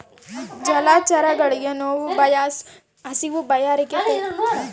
ಜಲಚರಗಳಿಗೆ ನೋವು ಭಯ ಹಸಿವು ಬಾಯಾರಿಕೆ ಒತ್ತಡ ಸ್ಥಿತಿ ಸಾದ್ಯತೆಯಿಂದ ಎಂದು ತೀರ್ಮಾನಿಸ್ಯಾರ